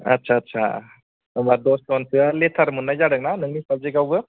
आथसा आथसा होमबा दसजनसोआ लेटार मोन्नाय जादोंना नोंनि साबजेक्टआवबो